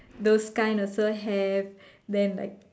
those kind also have then like